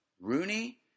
Rooney